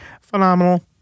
Phenomenal